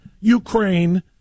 Ukraine